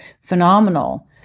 phenomenal